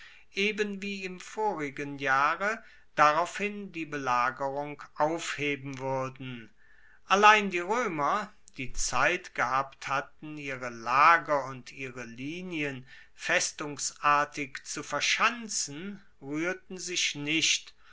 eben wie im vorigen jahre daraufhin die belagerung aufheben wuerden allein die roemer die zeit gehabt hatten ihre lager und ihre linien festungsartig zu verschanzen ruehrten sich nicht